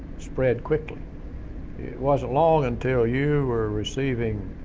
spread quickly. it wasn't long until you were receiving